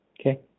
Okay